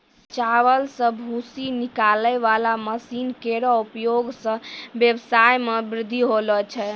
चावल सें भूसी निकालै वाला मसीन केरो उपयोग सें ब्यबसाय म बृद्धि होलो छै